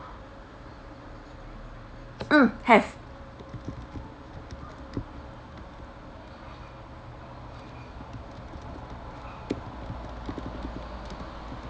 mm have